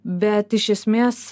bet iš esmės